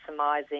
maximizing